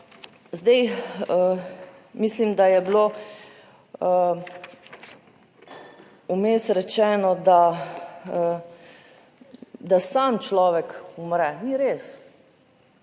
Zdaj mislim, da je bilo vmes rečeno, da, da sam človek umre. Ni res.